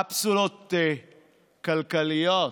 קפסולות כלכליות,